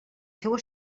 seua